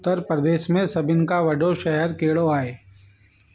उत्तर प्रदेश में सभिनि खां वॾो शहर कहिड़ो आहे